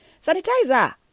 Sanitizer